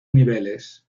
niveles